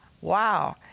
wow